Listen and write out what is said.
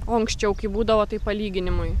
o anksčiau kaip būdavo taip palyginimui